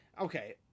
Okay